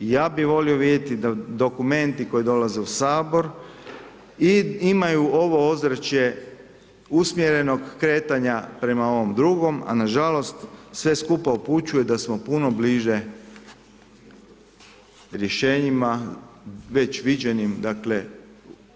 I ja bi volio vidjeti dokumenti koji dolaze u sabor i imaju ovo ozračje usmjerenog kretanja prema ovom drugom, a na žalost sve skupa upućuje da smo puno bliže rješenjima već viđenim, dakle